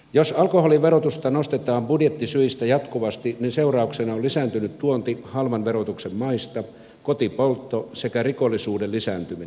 jos alkoholin verotusta nostetaan budjettisyistä jatkuvasti niin seurauksena on lisääntynyt tuonti halvan verotuksen maista kotipoltto sekä rikollisuuden lisääntyminen